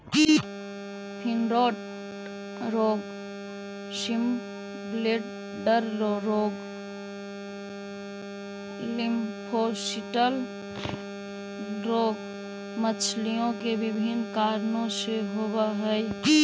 fin rot रोग, swim bladder रोग, lymphocystis रोग मछलियों में विभिन्न कारणों से होवअ हई